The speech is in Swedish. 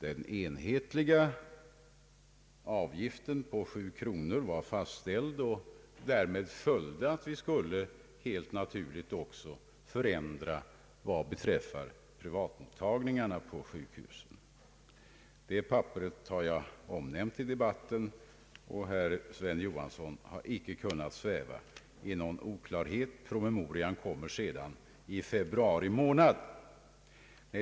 Den enhetliga avgiften på 7 kronor var fastställd, och därmed följde att vi helt naturligt också skulle förändra vad beträffar privatmottagningarna på sjukhusen. Det papperet har jag omnämnt i debatten, och herr Sven Johansson har icke kunnat sväva i någon ovisshet. Promemorian kom sedan i februari månad.